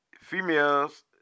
females